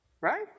Right